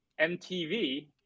MTV